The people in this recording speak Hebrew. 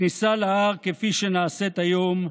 הכניסה להר, כפי שהיא נעשית היום,